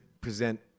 present